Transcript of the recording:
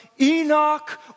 Enoch